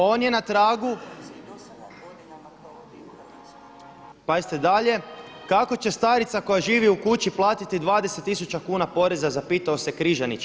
On je na tragu, pazite dalje, kako će starica koja živi u kući platiti 20000 kuna poreza zapitao se Križanić?